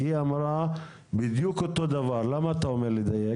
היא אמרה בדיוק את אותו דבר ולכן למה אתה אומר לדייק?